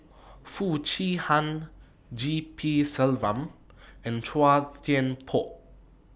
Foo Chee Han G P Selvam and Chua Thian Poh